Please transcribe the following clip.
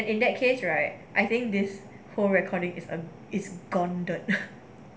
and in that case right I think this whole recording is a is gone